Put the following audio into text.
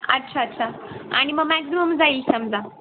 अच्छा अच्छा आणि मग मॅक्झिमम जाईल समजा